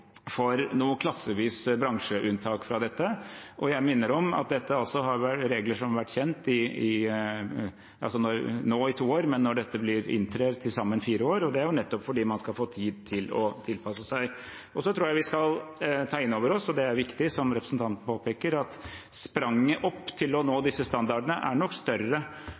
for noe klassevis bransjeunntak fra dette. Jeg minner om at dette er regler som nå har vært kjent i to år, men når dette inntrer, i til sammen fire år, og det er nettopp fordi man skal få tid til å tilpasse seg. Så tror jeg vi skal ta inn over oss – og det er viktig – det som representanten påpeker, at spranget opp til å nå disse standardene nok er større